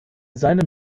seinem